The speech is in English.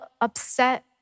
upset